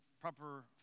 proper